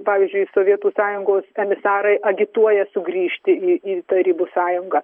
pavyzdžiui sovietų sąjungos kamisarai agituoja sugrįžti į į tarybų sąjungą